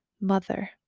mother